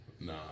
Nah